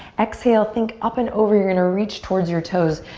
exhale, think up and over, you're gonna reach towards your toes.